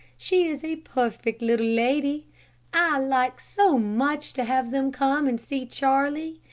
she is a perfect little lady. i like so much to have them come and see charlie.